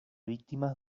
víctimas